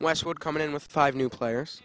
west would come in with five new players